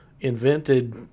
invented